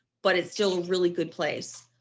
but it's still really good place